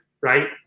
right